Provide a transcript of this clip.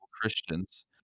Christians